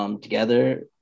together